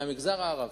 מהמגזר הערבי,